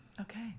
Okay